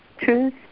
truth